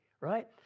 right